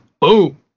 boom